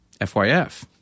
FYF